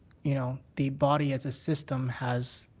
you know, the body as a system has,